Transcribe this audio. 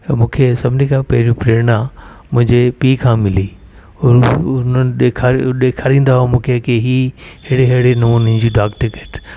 मूंखे सभिनी खां पहिरियों प्रेरणा मुंहिंजे पीउ खां मिली हुन हुननि ॾेखारेयो ॾेखारींदा हुआ मूंखे की हीअं अहिड़े अहिड़े नमूने जी डाक टिकेट कुझु